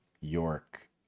York